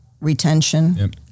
retention